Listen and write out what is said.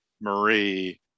marie